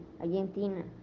Argentina